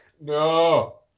No